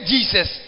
Jesus